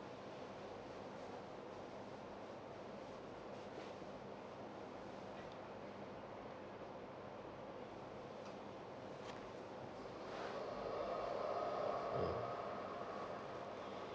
mm